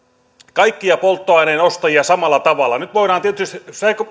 polttoaineen ostajia samalla tavalla nyt voidaan tietysti